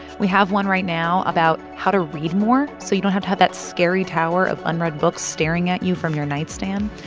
we have one right now about how to read more so you don't have to have that scary tower of unread books staring at you from your nightstand.